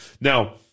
Now